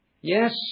Yes